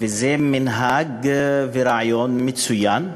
וזה מנהג, ורעיון, מצוין,